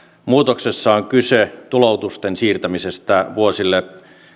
muutoksessa on kyse tuloutusten siirtämisestä vuosille